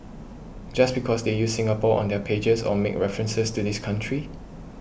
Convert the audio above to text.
just because they use Singapore on their pages or make references to this country